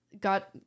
got